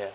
ya